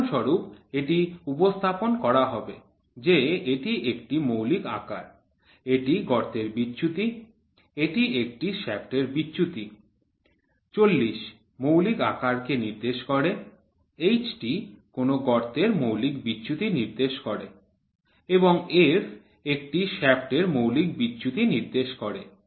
উদাহরণস্বরূপ এটি উপস্থাপন করা হবে যে এটি একটি মৌলিক আকার এটি গর্তের বিচ্যুতি এটি একটি শ্য়াফ্টের বিচ্যুতি ৪০ মৌলিক আকারকে নির্দেশ করে H টি কোনও গর্তের মৌলিক বিচ্যুতি নির্দেশ করে এবং f একটি শ্য়াফ্টের মৌলিক বিচ্যুতি নির্দেশ করে